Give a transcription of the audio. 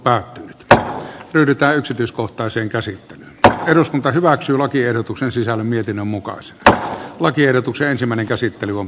niin että yritä yksityiskohtaisen käsi käy eduskunta hyväksyi lakiehdotuksen sisällön mietinnön mukaan ssptä lakiehdotuksen samaa mieltä olemme